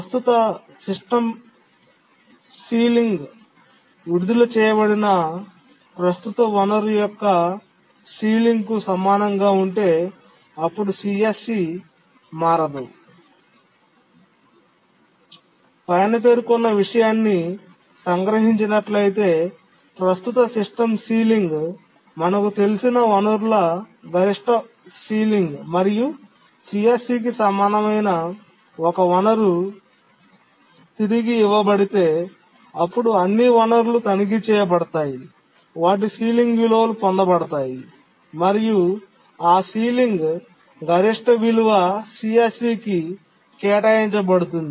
ప్రస్తుత system ceiling విడుదల చేయబడిన ప్రస్తుత వనరు యొక్క సీలింగ్ కు సమానంగా ఉంటే అప్పుడు సిఎస్సి మారదు పైన పేర్కొన్న విషయాన్ని సంగ్రహించినట్లయితే ప్రస్తుత సిస్టమ్ సీలింగ్ మనకు తెలిసిన వనరుల గరిష్ట సీలింగ్ మరియు CSC కి సమానమైన ఒక వనరు తిరిగి ఇవ్వబడితే అప్పుడు అన్ని వనరులు తనిఖీ చేయబడతాయి వాటి సీలింగ్ విలువలు పొందబడతాయి మరియు ఆ సీలింగ్ గరిష్ట విలువ CSC కి కేటాయించబడుతుంది